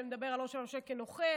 שמדבר על ראש הממשלה כנוכל,